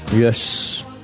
Yes